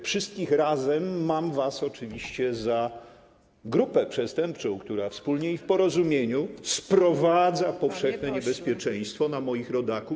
Wszystkich was razem mam oczywiście za grupę przestępczą, która wspólnie i w porozumieniu sprowadza powszechne niebezpieczeństwo na moich rodaków.